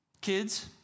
Kids